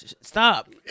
stop